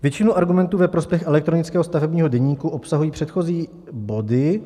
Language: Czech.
Většinu argumentů ve prospěch elektronického stavebního deníku obsahují předchozí body.